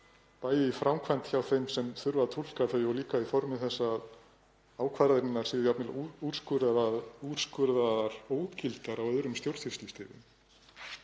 bæði í framkvæmd hjá þeim sem þurfa að túlka þau og líka í formi þess að ákvarðanirnar séu jafnvel úrskurðaðar ógildar á öðrum stjórnsýslustigum?